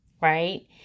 right